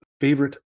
favorite